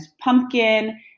pumpkin